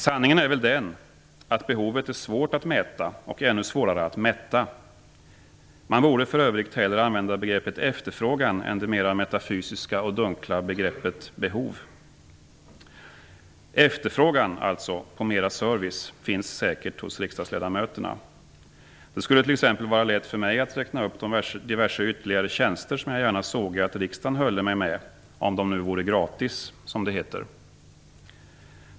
Sanningen är väl den att behovet är svårt att mäta och ännu svårare att mätta. Man borde för övrigt hellre använda begreppet efterfrågan än det mera metafysiska och dunkla begreppet behov. Efterfrågan på mera service finns säkert hos riksdagsledamöterna. Det skulle t.ex. vara lätt för mig att räkna upp diverse ytterligare tjänster som jag gärna såge att riksdagen hölle mig med om de vore gratis, som det heter.